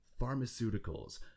Pharmaceuticals